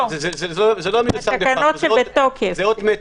זה אות מתה.